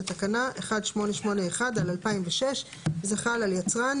לתקנה 1881/2006. יצרן,